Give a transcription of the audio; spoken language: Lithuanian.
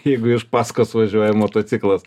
jeigu iš paskos važiuoja motociklas